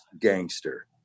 gangster